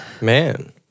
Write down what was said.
Man